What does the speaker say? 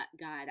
God